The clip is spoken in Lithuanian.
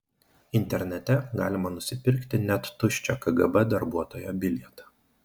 internete galima nusipirkti net tuščią kgb darbuotojo bilietą